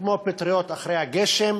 כמו פטריות אחרי הגשם,